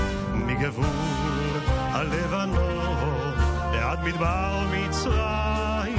מגבול הלבנון ועד מדבר מצרים,